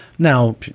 Now